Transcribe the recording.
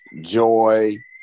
joy